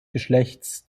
geschlechts